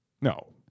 No